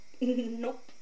nope